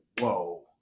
Whoa